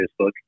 Facebook